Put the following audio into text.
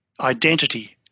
identity